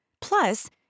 Plus